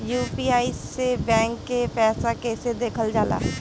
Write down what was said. UPI से bank के पैसा कैसे देखल जाला?